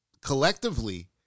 collectively